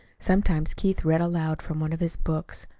sometimes keith read aloud from one of his books.